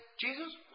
Jesus